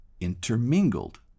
intermingled